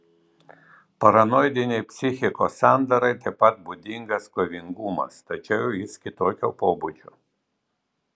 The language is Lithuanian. paranoidinei psichikos sandarai taip pat būdingas kovingumas tačiau jis kitokio pobūdžio